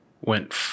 went